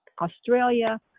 Australia